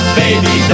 baby